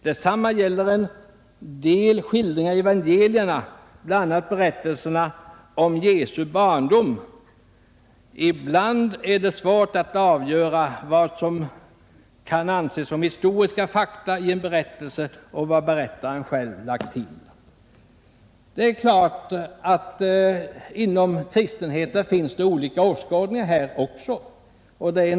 Detsamma gäller en del skildringar i evangelierna, bl.a. berättelserna om Jesu barndom. Ibland är det svårt att avgöra vad som kan anses som historiska fakta i en berättelse och vad berättaren själv lagt till.” Det är klart att det inom kristenheten finns olika åskådningar i detta avseende också.